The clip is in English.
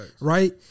right